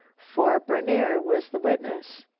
for berner was the witness.